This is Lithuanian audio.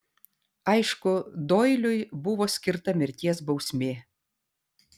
aišku doiliui buvo skirta mirties bausmė